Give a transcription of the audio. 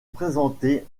présenter